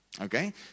Okay